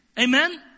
Amen